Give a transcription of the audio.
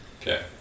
Okay